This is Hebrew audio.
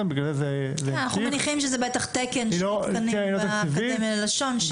כן, אנחנו מניחים שזה תקנים באקדמיה ללשון.